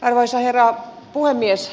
arvoisa herra puhemies